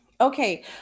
Okay